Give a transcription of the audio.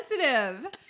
sensitive